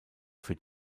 für